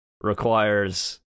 requires